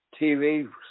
TV